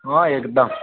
अँ एकदम